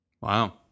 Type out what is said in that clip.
Wow